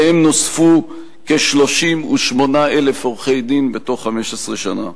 ואליהם נוספו כ-38,000 עורכי-דין בתוך 15 שנה.